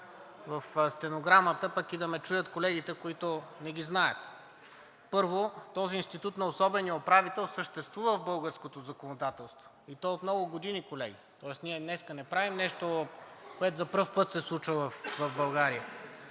в стенограмата, пък и да ме чуят колегите, които не ги знаят. Първо, този институт на особения управител съществува в българското законодателство, и то от много години, колеги, тоест ние днес не правим нещо, което за пръв път се случва в България.